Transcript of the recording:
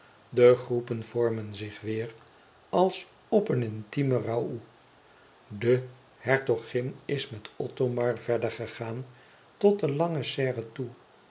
de groepen vormen zich weêr als op een intimen raôut de hertogin is met othomar verder gegaan tot de lange serre toe